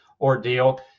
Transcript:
ordeal